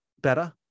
better